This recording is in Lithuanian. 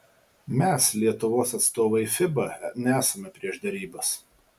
mes lietuvos atstovai fiba nesame prieš derybas